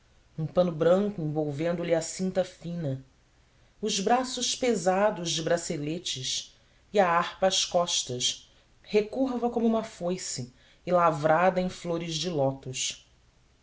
um pano branco envolvendo lhe a cinta fina os braços pesados de braceletes e a harpa às costas recurva como uma foice e lavrada em flores de lótus